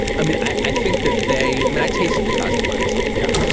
i mean, i think that they i mean, i tasted the cosmic crisp. yeah.